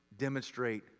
demonstrate